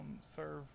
serve